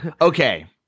Okay